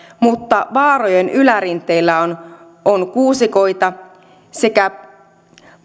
mutta vaarojen ylärinteillä on on kuusikoita sekä